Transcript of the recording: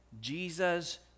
jesus